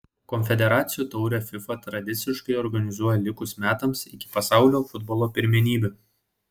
konfederacijų taurę fifa tradiciškai organizuoja likus metams iki pasaulio futbolo pirmenybių